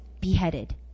beheaded